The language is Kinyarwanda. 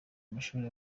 amashuri